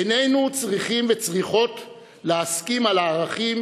איננו צריכים וצריכות להסכים על הערכים,